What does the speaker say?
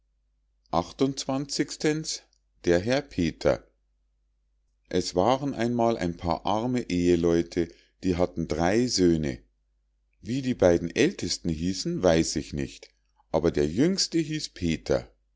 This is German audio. der herr peter es waren einmal ein paar arme eheleute die hatten drei söhne wie die beiden ältesten hießen weiß ich nicht aber der jüngste hieß peter